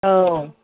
औ